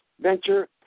venture